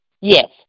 yes